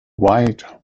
white